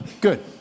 Good